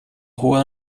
rua